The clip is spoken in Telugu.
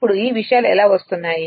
ఇప్పుడు ఈ విషయాలు ఎలా వస్తున్నాయి